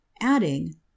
Adding